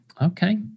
Okay